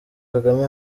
kagame